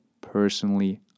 personally